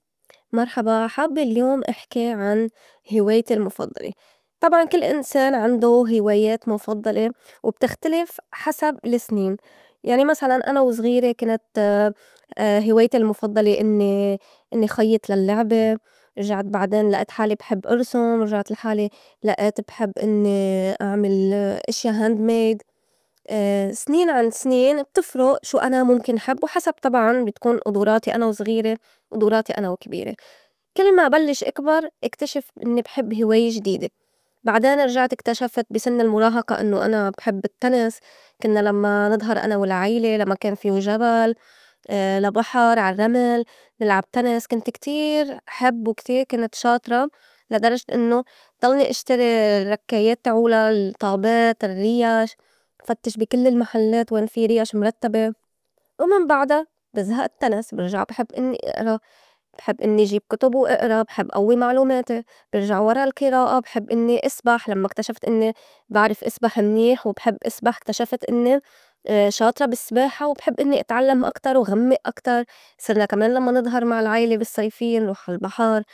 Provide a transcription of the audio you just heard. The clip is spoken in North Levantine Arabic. مرحبا حابّه اليوم احكي اليوم عن هوايتي المُفضّلة. طبعاً كل إنسان عندوا هوايات مُفضّلة وبتختلف حسب السنين يعني مسلاً أنا وزغيره كنت هوايتي المُفضّلة إنّي- إنّي خيّط للّعبة، رجعت بعدين لائيت حالي بحب ارسم، رجعت لا حالي لئيت بحب إنّي أعمل أشيا hand made. سنين عن سنين بتفرق شو أنا مُمكن حب وحسب طبعاً بتكون قدراتي أنا وزغيره وقدراتي أنا وكبيرة. كل ما بلّش أكبر اكتشف إنّي بحب هواية جديدة. بعدين رجعت اكتشفت بي سن المُراهقة إنّو أنا بحب التّنس. كنّا لمّا نضهر أنا والعيلة لمّا كان في جبل لا بحر عال رّمل نلعب تنس، كنت كتير حب وكتير كنت شاطرة لا درجة إنّو دلني اشتري الركّيات تعولا، الطّابات، الرّيش، فتّش بي كل المحلّات وين في ريش مرتّبة ومن بعدا بزهق التّنس. برجع بحب إنّي إئرا بحب إنّي جيب كُتُب وإئرا بحب أوّي معلوماتي. برجع ورا القِراءة بحب إنّي إسبح لمّا اكتشفت إنّي بعرف اسبح منيح وبحب اسبح اكتشفت إنّي شاطرة بالسباحة وبحب إنّي أتعلّم أكتر وغمّق أكتر. صرنا كمان لمّا نضهر مع العيلة بالصيفيّة نروح عال بحر.